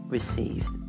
received